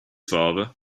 father